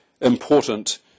important